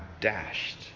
dashed